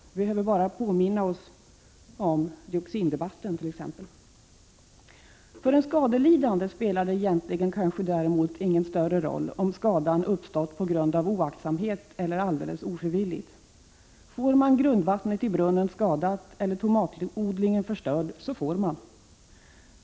Vi behöver bara påminna oss dioxindebatten t.ex. För en skadelidande däremot spelar det egentligen ingen större roll om skadan uppstått på grund av oaktsamhet eller alldeles ofrivilligt. Får man grundvattnet i brunnen fördärvat eller tomatodlingen förstörd så får man.